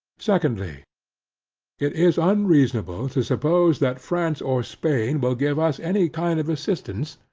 secondly it is unreasonable to suppose, that france or spain will give us any kind of assistance,